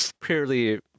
purely